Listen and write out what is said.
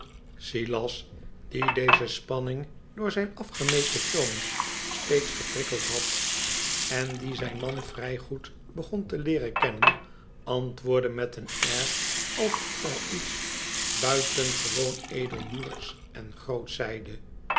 silas die deze spannmg door zijn afgemeten toon steeds geprikkeld had en die zijn man vrij goed begon te leeren kennen antwoordde met een air alsof hij iets buitengewoon edelmoedigs en groots zeide